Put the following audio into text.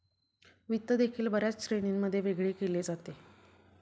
वित्त देखील बर्याच श्रेणींमध्ये वेगळे केले जाते